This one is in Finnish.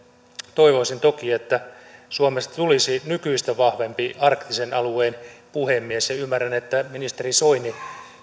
toivoisin toki että suomesta tulisi nykyistä vahvempi arktisen alueen puhemies ja ymmärrän että ministeri soini